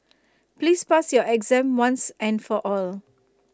please pass your exam once and for all